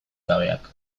gabeak